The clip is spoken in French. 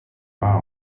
pas